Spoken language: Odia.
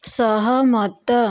ସହମତ